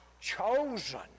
chosen